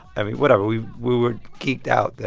i mean, whatever. we we were geeked out that.